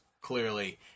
clearly